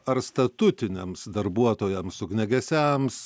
ar statutiniams darbuotojams ugniagesiams